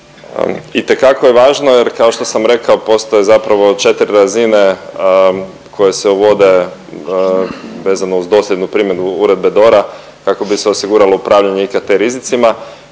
Itekako je važno jer kao što sam rekao postoje zapravo 4 razine koje se uvode vezano uz dosljednu primjenu Uredbe DORA kako bi se osiguralo upravljanje IKT rizicima.